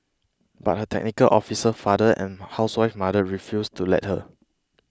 but her technical officer father and housewife mother refused to let her